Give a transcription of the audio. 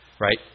right